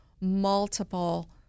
multiple